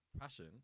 passion